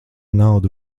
naudu